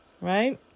Right